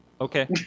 okay